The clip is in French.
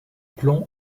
plomb